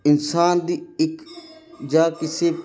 ਇਨਸਾਨ ਦੀ ਇੱਕ ਜਾਂ ਕਿਸੇ